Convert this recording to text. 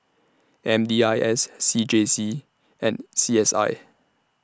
M D I S C J C and C S I